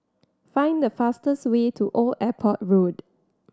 find the fastest way to Old Airport Road